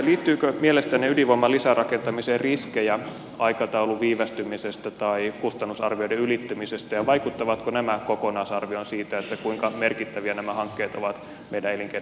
liittyykö mielestänne ydinvoiman lisärakentamiseen riskejä aikataulun viivästymisestä tai kustannusarvioiden ylittymisestä ja vaikuttavatko nämä kokonaisarvioon siitä kuinka merkittäviä nämä hankkeet ovat meidän elinkeinoelämän kannalta